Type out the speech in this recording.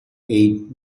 aid